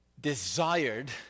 desired